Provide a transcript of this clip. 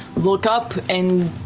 look up, and